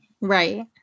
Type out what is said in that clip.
Right